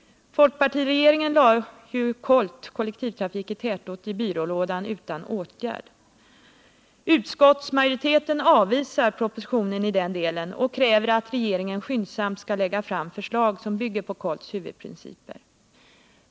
Folkpartiregeringen lade KOLT - kollektivtrafik i tätort — i byrålådan utan åtgärd. Utskottsmajoriteten avvisar propositionen i denna del och kräver att regeringen skyndsamt skall lägga fram förslag som bygger på KOLT:s huvudprinciper.